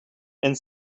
and